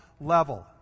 level